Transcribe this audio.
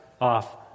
off